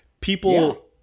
people